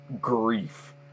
grief